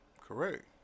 Correct